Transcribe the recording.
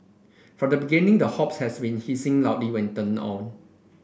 from the beginning the hobs has been hissing loudly when turned on